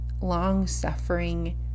long-suffering